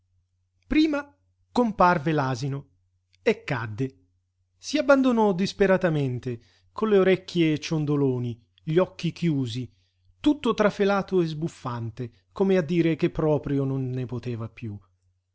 prima comparve l'asino e cadde si abbandonò disperatamente con le orecchie ciondoloni gli occhi chiusi tutto trafelato e sbuffante come a dire che proprio non ne poteva piú